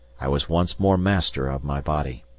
i was once more master of my body.